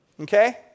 okay